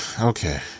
okay